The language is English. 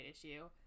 issue